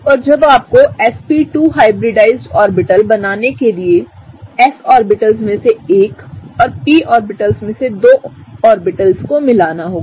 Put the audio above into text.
और अब आपकोsp2 हाइब्रिडाइज्ड ऑर्बिटल्स बनाने के लिए आपको s ऑर्बिटल में से एक और p ऑर्बिटल्स में से दो ऑर्बिटल्स कोमिलाना होगा